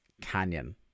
Canyon